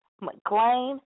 McLean